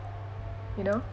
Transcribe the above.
you know